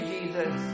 Jesus